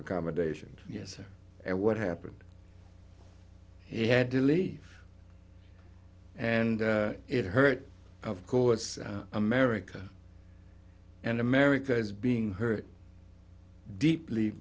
accommodation yes and what happened he had to leave and it hurt of course america and america is being hurt deeply